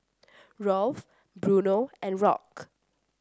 Rolf Bruno and Rock